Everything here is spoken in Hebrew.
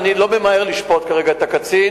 אני לא ממהר לשפוט כרגע את הקצין.